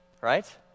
right